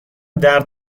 درد